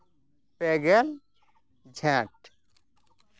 ᱯᱮᱜᱮᱞ ᱡᱷᱮᱴ